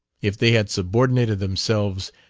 if they had subordinated themselves,